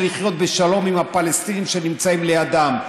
לחיות בשלום עם הפלסטינים שנמצאים לידו.